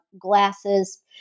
glasses